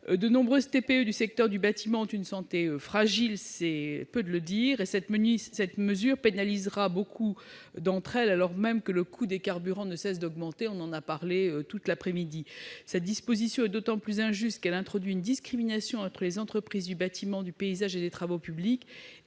De nombreuses TPE du secteur du bâtiment ont une santé fragile, c'est peu de le dire, et cette mesure pénalisera nombre d'entre elles, alors même que le coût des carburants ne cesse d'augmenter, nous en avons parlé tout l'après-midi. Cette disposition est d'autant plus injuste qu'elle introduit une discrimination entre les entreprises du bâtiment, du paysage et des travaux publics